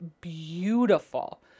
beautiful